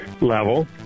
level